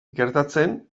gertatzen